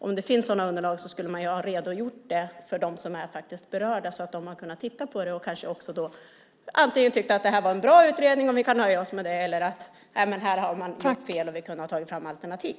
Om det finns sådana underlag tycker jag att man skulle ha redogjort för dessa för dem som faktiskt är berörda, så att de hade kunnat titta på dem och antingen tyckt att det här var en bra utredning, och att vi kan nöja oss med det, eller att man har gjort fel och att vi hade kunnat ta fram alternativ.